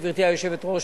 גברתי היושבת-ראש,